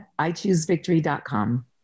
IChooseVictory.com